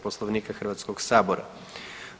Poslovnika HS-a.